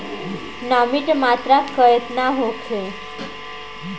नमी के मात्रा केतना होखे?